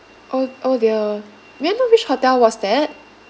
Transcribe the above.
oh oh dear may I know which hotel was that